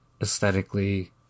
aesthetically